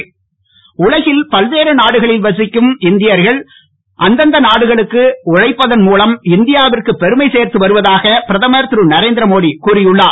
மோடி மாநாடு உலகில் பல்வேறு நாடுகளில் வசிக்கும் இந்தியர்கள் அந்தந்த நாடுகளுக்கு உழைப்பதன் மூலம் இந்தியாவிற்கு பெருமை சேர்த்து வருவதாக பிரதமர் திரு நரேந்திரமோடி கூறி உள்ளார்